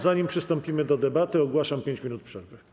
Zanim przystąpimy do debaty, ogłaszam 5 minut przerwy.